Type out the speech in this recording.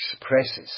expresses